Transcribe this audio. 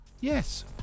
Yes